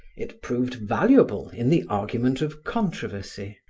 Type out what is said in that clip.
it proved valuable in the argument of controversy,